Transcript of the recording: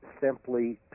simply